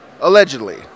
Allegedly